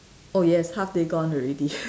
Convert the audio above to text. oh yes half day gone already